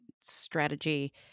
strategy